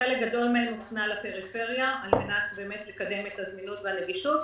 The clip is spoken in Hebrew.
וחלק גדול מהם הופנה לפריפריה על מנת לקדם את הזמינות והנגישות.